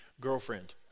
girlfriend